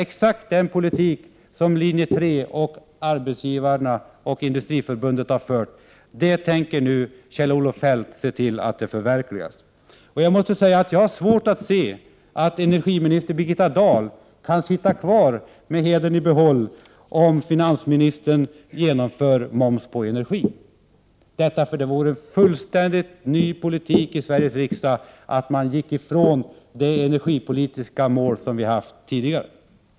Exakt den politik som linje 1, arbetsgivarna och Industriförbundet har fört tänker nu Kjell-Olof Feldt förverkliga. Jag har svårt att se att energiminister Birgitta Dahl kan sitta kvar med hedern i behåll om finansministern genomför moms på energi. Det vore en fullständigt ny politik i Sveriges riksdag att gå ifrån de energipolitiska mål som vi har haft tidigare.